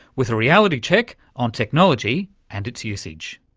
with a reality check on technology and its usage.